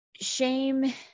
Shame